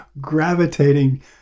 gravitating